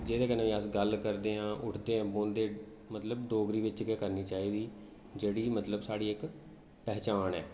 जेह्दे कन्नै बी अस गल्ल करदे आं उठदे बौहंदे मतलब डोगरी बिच गै करनी चाहिदी जेह्ड़ी मतलब साढ़ी इक पन्छान ऐ